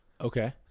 Okay